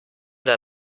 der